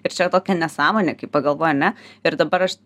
ir čia tokia nesąmonė kai pagalvoji ne ir dabar aš